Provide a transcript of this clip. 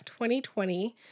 2020